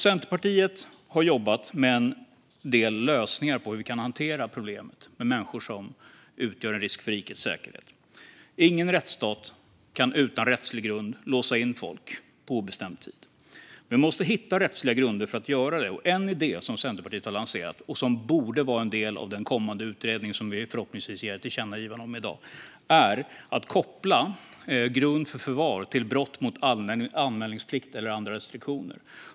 Centerpartiet har jobbat med en del lösningar när det gäller hur vi kan hantera problemet med människor som utgör en risk för rikets säkerhet. Ingen rättsstat kan utan rättslig grund låsa in folk på obestämd tid. Man måste hitta rättsliga grunder för att kunna göra det. En idé som Centerpartiet har lanserat och som borde vara en del av den kommande utredning som vi förhoppningsvis riktar ett tillkännagivande om i dag är att koppla grund för förvar till brott mot anmälningsplikt eller andra restriktioner.